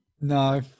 No